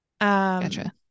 Gotcha